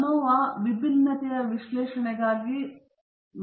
ANOVA ವಿಭಿನ್ನತೆಯ ವಿಶ್ಲೇಷಣೆಗಾಗಿ ನಿಂತಿದೆ